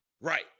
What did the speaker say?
right